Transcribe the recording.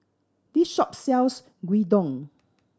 this shop sells Gyudon